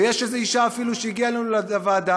ויש איזו אישה אפילו שהגיעה אלינו לוועדה,